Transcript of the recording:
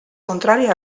contrària